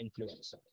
influencer